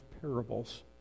parables